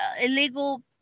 illegal